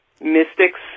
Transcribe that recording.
Mystics